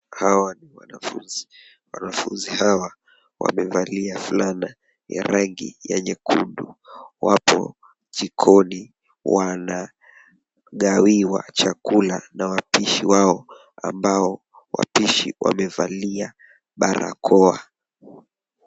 Hawa ni wanafunzi. Wanafunzi hawa wamevalia fulana ya rangi ya nyekundu. Wapo jikoni wanagawiwa chakula na wapishi wao. Ambao wapishi wamevalia barakoa.